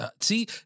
See